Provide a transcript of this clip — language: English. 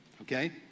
okay